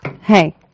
Hey